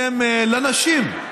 הפרטי.